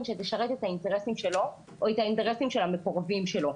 שתשרת את האינטרסים שלו או את האינטרסים של המקורבים שלו,